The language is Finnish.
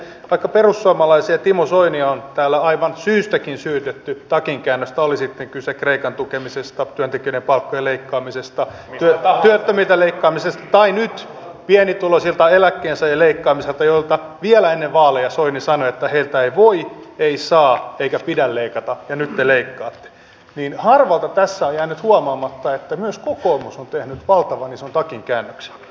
vaikka perussuomalaisia ja timo soinia on täällä aivan syystäkin syytetty takinkäännöstä oli sitten kyse kreikan tukemisesta työntekijöiden palkkojen leikkaamisesta työttömiltä leikkaamisesta tai nyt pienituloisilta eläkkeensaajilta leikkaamisesta josta vielä ennen vaaleja soini sanoi että heiltä ei voi ei saa eikä pidä leikata ja nyt te leikkaatte niin monelta tässä on jäänyt huomaamatta että myös kokoomus on tehnyt valtavan ison takinkäännöksen